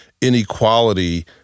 inequality